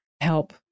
help